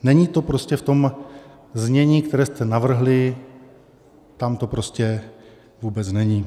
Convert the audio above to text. Není to prostě v tom znění, které jste navrhli, tam to prostě vůbec není.